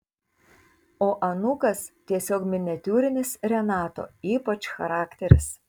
o anūkas tiesiog miniatiūrinis renato ypač charakteris